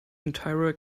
entire